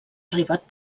arribat